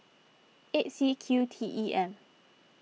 eight C Q T E M